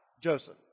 Joseph